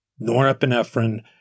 norepinephrine